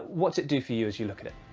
what does it do for you as you look at it?